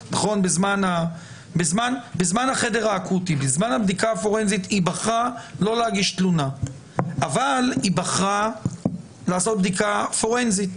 בזמן החדר האקוטי; אבל היא בחרה לעשות בדיקה פורנזית,